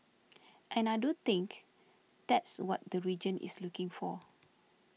and I do think that's what the region is looking for